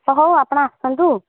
ହଉ ଆପଣ ଆସନ୍ତୁ